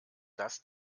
das